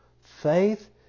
Faith